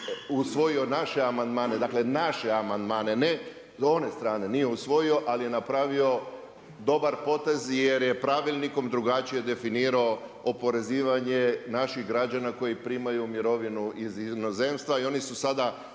usvojio naše amandman, dakle naše amandmane ne one strane nije usvojio, ali je napravio dobar potez jer je pravilnikom drugačije definirao oporezivanje naših građana koji primaju mirovinu iz inozemstva i oni su sada